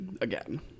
Again